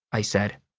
i said.